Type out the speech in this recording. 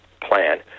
plan